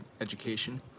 education